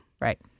Right